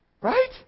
right